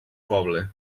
poble